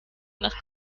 nach